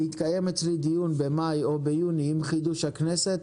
יתקיים אצלי דיון במאי או ביוני, עם חידוש הכנסת,